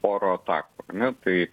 oro atakų na tai